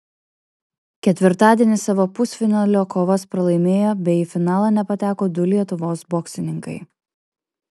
ketvirtadienį savo pusfinalio kovas pralaimėjo bei į finalą nepateko du lietuvos boksininkai